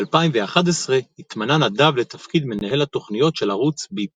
ב-2011 התמנה נדב לתפקיד מנהל התוכניות של ערוץ ביפ.